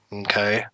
okay